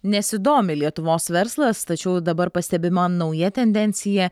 nesidomi lietuvos verslas tačiau dabar pastebima nauja tendencija